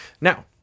Now